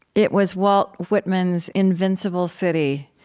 it was walt whitman's invincible city.